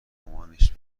مامانش